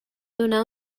donar